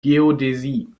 geodäsie